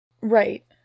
Right